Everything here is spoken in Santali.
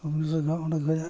ᱵᱷᱩᱵᱽᱱᱮᱥᱥᱚᱨ ᱚᱸᱰᱮ ᱠᱷᱚᱱᱟᱜ